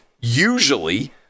Usually